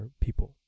people